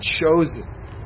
chosen